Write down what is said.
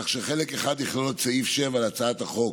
כך שחלק אחד יכלול את סעיף 7 להצעת החוק,